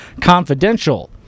confidential